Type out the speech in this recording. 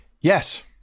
Yes